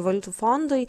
valiutų fondui